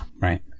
right